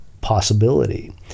possibility